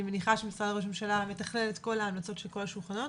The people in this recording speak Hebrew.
המתכלל את כל ההמלצות של כל השולחנות